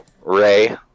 Ray